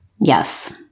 Yes